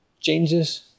changes